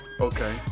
okay